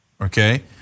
Okay